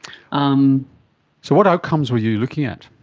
um so what outcomes were you looking at?